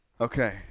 Okay